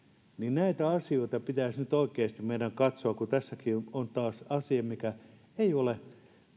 näitä asioita pitäisi nyt oikeasti meidän katsoa kun tässäkin on taas asia joka ei ole